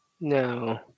No